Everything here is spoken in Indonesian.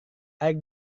air